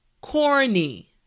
Corny